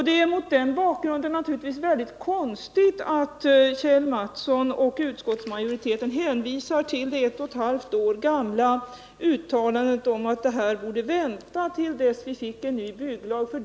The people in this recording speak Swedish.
Det är mot denna bakgrund konstigt att Kjell Mattsson och utskottsmajoriteten hänvisar till det ett och ett halvt år gamla uttalandet att det här borde vänta tills vi får en ny bygglag.